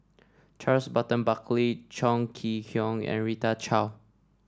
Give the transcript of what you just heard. Charles Burton Buckley Chong Kee Hiong and Rita Chao